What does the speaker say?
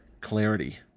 Clarity